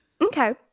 okay